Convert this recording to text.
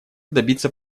добиться